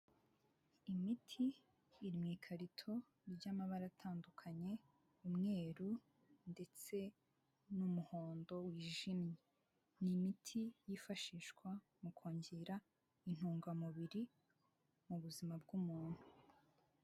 Imiti iri mu ikarito y'amabara atandukanye umweru ndetse n'umuhondo wijimye, ni imiti yifashishwa mu kongera intungamubiri mu buzima bw'umuntu.